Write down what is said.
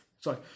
Sorry